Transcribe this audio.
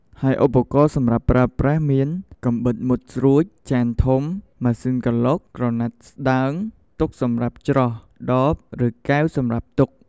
ហើយឧបករណ៍សម្រាប់ប្រើប្រាស់មាន កាំបិតមុតស្រួច ចានធំ ម៉ាស៊ីនក្រឡុក ក្រណាត់ស្តើង ទុកសម្រាប់ច្រោះ ដប ឬកែវសម្រាប់ទុក។